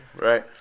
Right